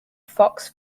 fox